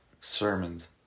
sermons